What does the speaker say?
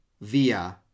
via